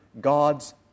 God's